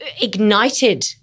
ignited